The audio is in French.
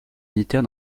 militaire